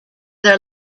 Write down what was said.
their